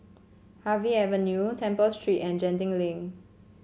Harvey Avenue Temple Street and Genting Link